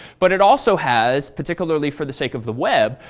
but it also has, particularly for the sake of the web,